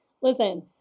Listen